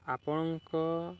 ଆପଣଙ୍କ